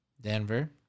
Denver